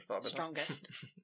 strongest